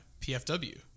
PFW